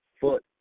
foot